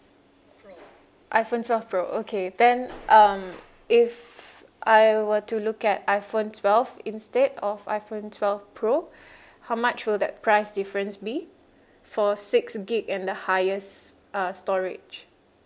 iphone twelve pro okay then okay um if I were to look at iphone twelve instead of iphone twelve pro how much will that price difference be for six gig and the highest uh storage